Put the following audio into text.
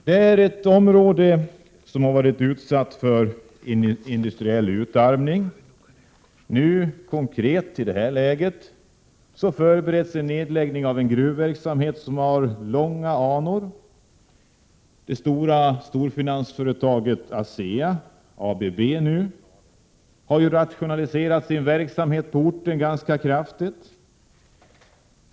Det är ett område som varit utsatt för industriell utarmning. Ett konkret exempel är att en nedläggning av en gruvverksamhet som har långa anor nu förbereds. Storfinansföretaget ASEA, numera ABB, har rationaliserat sin verksamhet i Ludvika ganska kraftigt.